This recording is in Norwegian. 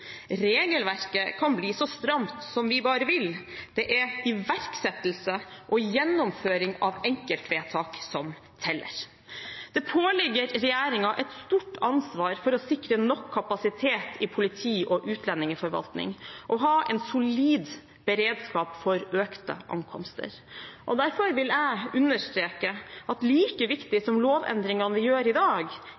Regelverket kan bli så stramt som vi bare vil. Det er iverksettelse og gjennomføring av enkeltvedtak som teller. Det påligger regjeringen et stort ansvar for å sikre nok kapasitet i politi- og utlendingsforvaltning, å ha en solid beredskap for økte ankomster. Derfor vil jeg understreke at like viktig